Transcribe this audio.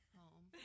home